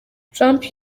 trump